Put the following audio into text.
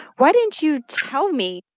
why didn't you tell me?